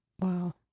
Wow